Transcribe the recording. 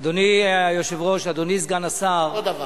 אדוני היושב-ראש, אדוני סגן השר,